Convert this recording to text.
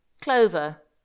Clover